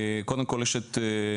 קודם כול יש את האירוע,